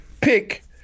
pick